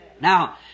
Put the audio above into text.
Now